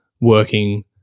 working